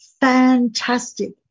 fantastic